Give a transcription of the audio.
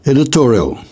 Editorial